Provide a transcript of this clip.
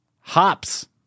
hops